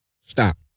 stop